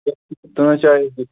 تُہٕنٛز چاے یِکہِ